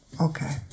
Okay